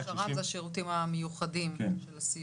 שר"ם, שירותים מיוחדים של הסיוע.